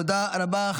תודה רבה.